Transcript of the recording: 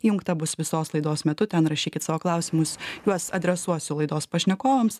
įjungta bus visos laidos metu ten rašykit savo klausimus juos adresuosiu laidos pašnekovams